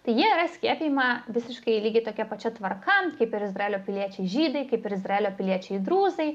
tai jie yra skiepijami visiškai lygiai tokia pačia tvarka kaip ir izraelio piliečiai žydai kaip ir izraelio piliečiai drūzai